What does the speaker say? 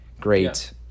great